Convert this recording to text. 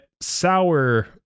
sour